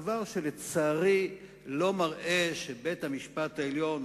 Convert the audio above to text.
דבר שלצערי לא מראה שבית-המשפט העליון,